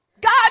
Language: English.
God